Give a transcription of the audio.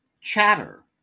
Chatter